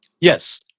Yes